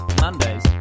Mondays